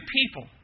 people